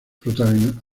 protagonizó